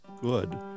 good